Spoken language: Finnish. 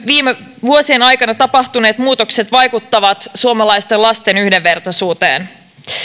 viime vuosien aikana tapahtuneet muutokset vaikuttavat suomalaisten lasten yhdenvertaisuuteen